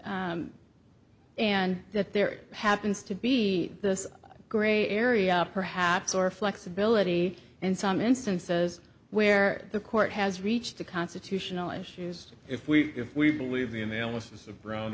and that there happens to be this gray area perhaps or flexibility in some instances where the court has reached the constitutional issues if we if we believe the analysis of brown